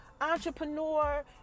Entrepreneur